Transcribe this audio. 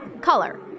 color